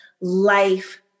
life